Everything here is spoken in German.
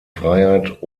freiheit